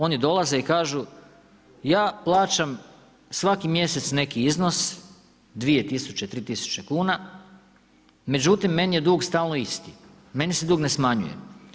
Oni dolaze i kažu ja plaćam svaki mjesec neki iznos, 2 tisuće, 3 tisuće kuna, međutim meni je dug stalno isti, meni se dug ne smanjuje.